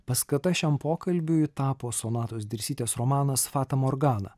paskata šiam pokalbiui tapo sonatos dirsytės romanas fata morgana